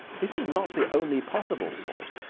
this is not the only possible sort,